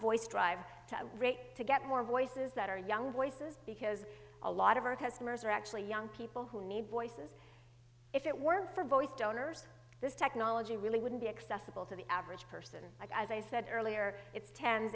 voice drive to rape to get more voices that are young voices because a lot of our customers are actually young people who need voices if it weren't for voice donors this technology really wouldn't be accessible to the average person i said earlier it's ten